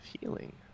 healing